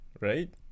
right